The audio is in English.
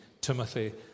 Timothy